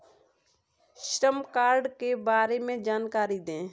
श्रम कार्ड के बारे में जानकारी दें?